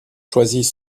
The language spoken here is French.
choisis